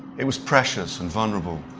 it was precious and vulnerable,